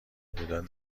بودن